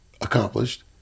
accomplished